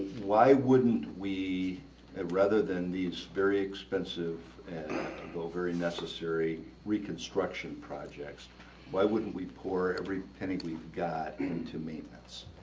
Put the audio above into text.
why wouldn't we and rather than these very expensive and very necessary reconstruction projects why wouldn't we pour every penny we've got into maintenance?